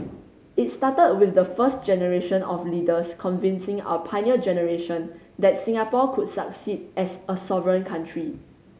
it started with the first generation of leaders convincing our Pioneer Generation that Singapore could succeed as a sovereign country